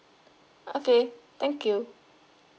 okay thank you